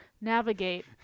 navigate